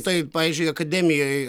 taip pavyzdžiui akademijoj